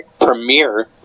premiere